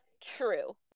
True